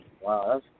Wow